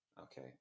Okay